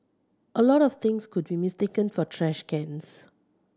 a lot of things could be mistaken for trash cans